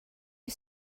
you